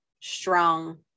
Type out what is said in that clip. strong